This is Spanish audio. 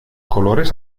colores